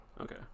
Okay